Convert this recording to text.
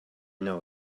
know